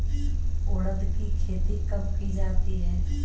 उड़द की खेती कब की जाती है?